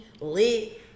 lit